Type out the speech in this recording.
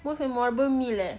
most memorable meal eh